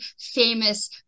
famous